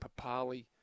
Papali